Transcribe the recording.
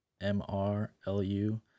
M-R-L-U